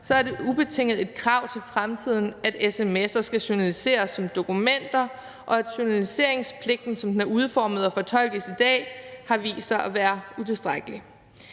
er det ubetinget et krav til fremtiden, at sms'er skal journaliseres som dokumenter, da journaliseringspligten, som den er udformet og fortolkes i dag, har vist sig at være utilstrækkelig.